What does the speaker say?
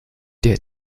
der